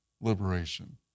liberation